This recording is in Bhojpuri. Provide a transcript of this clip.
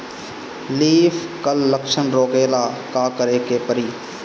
लीफ क्ल लक्षण रोकेला का करे के परी?